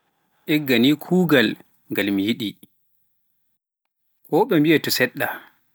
Igga ni kuugal ngal miɗi kon ɗe bi'oto seɗɗa.